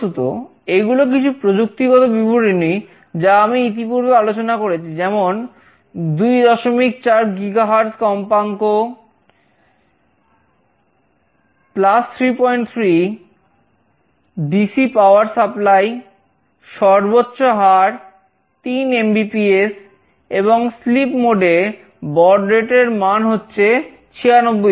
বস্তুত এগুলো কিছু প্রযুক্তিগত বিবরণী যা আমি ইতিপূর্বে আলোচনা করেছি যেমন 24 Ghz কম্পাঙ্ক এর মান হচ্ছে 9600